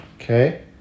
Okay